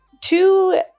two